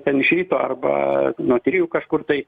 ten iš ryto arba nuo trijų kažkur tai